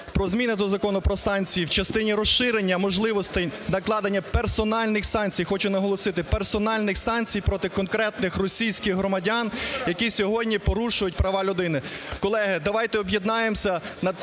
про зміни до Закону "Про санкції" в частині розширення можливостей накладення персональний санкцій, хочу наголосити, персональних санкцій проти конкретних російських громадян, які сьогодні порушують права людини. Колеги, давайте об'єднаємося над